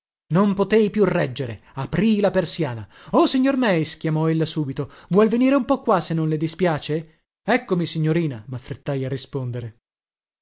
on potei più reggere aprii la persiana oh signor meis chiamò ella subito vuol venire un po qua se non le dispiace eccomi signorina maffrettai a rispondere